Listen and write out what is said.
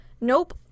nope